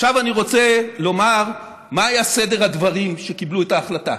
עכשיו אני רוצה לומר מה היה סדר הדברים כשקיבלו את ההחלטה.